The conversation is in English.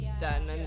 done